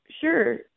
sure